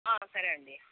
సరే అండీ